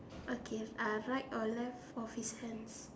okay uh right or left of his hands